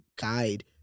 guide